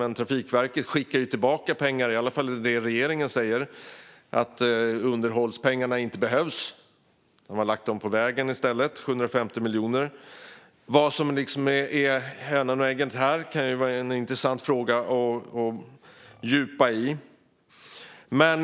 Men Trafikverket skickar ju tillbaka pengar. Regeringen säger i alla fall att underhållspengarna inte behövs. Man har lagt dem på vägarna i stället - 750 miljoner kronor. Vad som är hönan och vad som är ägget här kan vara en intressant fråga att fördjupa sig i.